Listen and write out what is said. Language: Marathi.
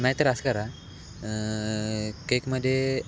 नाही तर असं करा केकमध्ये